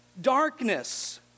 Darkness